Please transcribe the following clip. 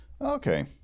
Okay